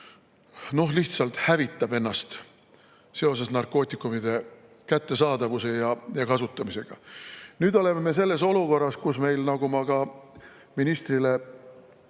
lihtsalt hävitab ennast seoses narkootikumide kättesaadavuse ja kasutamisega. Nüüd oleme me selles olukorras – nagu ma ka ministrile